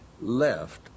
left